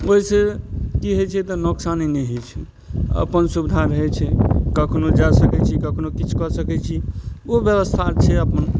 ओइसँ की होइ छै तऽ नोकसानी नहि होइ छै अपन सुविधा रहय छै कखनो जा सकय छी कखनो किछु कऽ सकय छी ओ व्यवस्था छै अपन